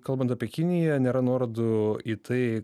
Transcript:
kalbant apie kiniją nėra nuorodų į tai